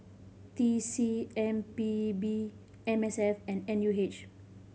T C M P B M S F and N U H